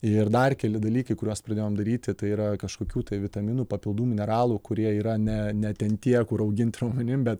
ir dar keli dalykai kuriuos pradėjom daryti tai yra kažkokių tai vitaminų papildų mineralų kurie yra ne ne ten tie kur augint raumenim bet